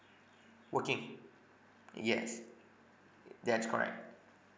working yes i~ that's correct